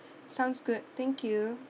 sounds good thank you